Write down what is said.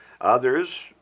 Others